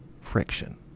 friction